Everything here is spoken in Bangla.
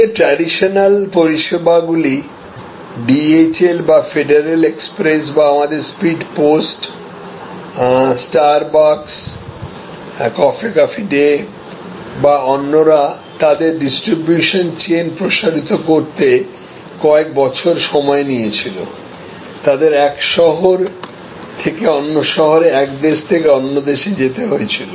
আগে ট্র্যাডিশনাল পরিষেবাগুলি ডিএইচএল বা ফেডারেল এক্সপ্রেস বা আমাদের speed post Starbucks coffee cafe day বা অন্যরা তাদের ডিস্ট্রিবিউশন চেন প্রসারিত করতে কয়েক বছর সময় নিয়েছিল তাদের এক শহর থেকে অন্য শহরে এক দেশ থেকে অন্য দেশে যেতে হয়েছিল